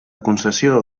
concessió